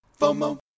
FOMO